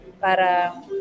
para